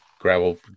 Gravel